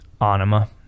anima